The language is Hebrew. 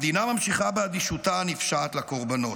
המדינה ממשיכה באדישותה הנפשעת לקורבנות.